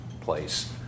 place